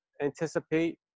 anticipate